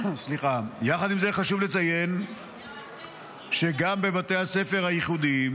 יחד עם זה חשוב לציין שגם בבתי הספר הייחודיים